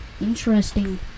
interesting